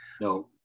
no